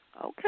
Okay